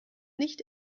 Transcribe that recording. nicht